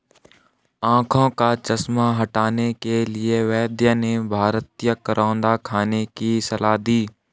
आंखों का चश्मा हटाने के लिए वैद्य ने भारतीय करौंदा खाने की सलाह दी